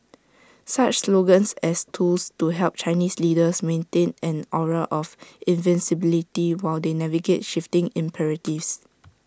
such slogans as tools to help Chinese leaders maintain an aura of invincibility while they navigate shifting imperatives